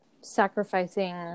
sacrificing